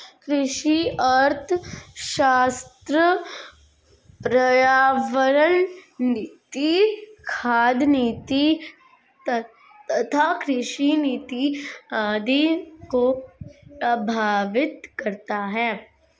कृषि अर्थशास्त्र पर्यावरण नीति, खाद्य नीति तथा कृषि नीति आदि को प्रभावित करता है